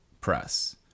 press